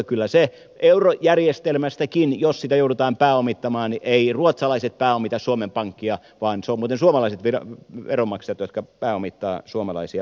kyllä se eurojärjestelmästäkin jos sitä joudutaan pääomittamaan niin eivät ruotsalaiset pääomita suomen pankkia vaan ne ovat muuten suomalaiset veronmaksajat jotka pääomittavat suomalaisia pankkeja